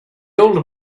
old